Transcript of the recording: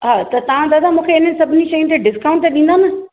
त तव्हां दादा मूंखे हिननि सभिनी शयूं ते डिस्काउंट त ॾींदव न